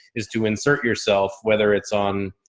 is to insert yourself. whether it's on,